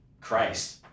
Christ